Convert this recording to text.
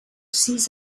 sis